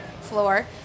floor